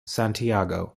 santiago